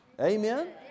Amen